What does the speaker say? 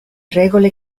regole